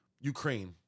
Ukraine